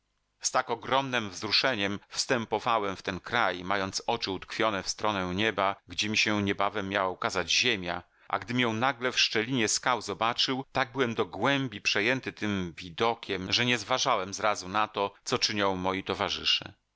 tak ogromnem wzruszeniem wstępowałem w ten kraj mając oczy utkwione w stronę nieba gdzie mi się niebawem miała ukazać ziemia a gdym ją nagle w szczelinie skał zobaczył tak byłem do głębi przejęty tym widokiem że nie zważałem zrazu na to co czynią moi towarzysze